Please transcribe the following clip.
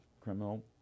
criminal